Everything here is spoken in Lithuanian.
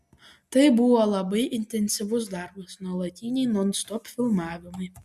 tai buvo labai intensyvus darbas nuolatiniai nonstop filmavimai